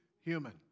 human